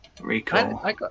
Recall